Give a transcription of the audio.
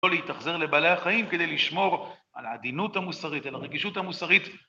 לא להתאכזר לבעלי החיים כדי לשמור על העדינות המוסרית, על הרגישות המוסרית.